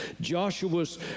Joshua's